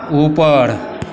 ऊपर